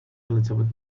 elizabeth